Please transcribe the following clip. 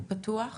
הוא פתוח?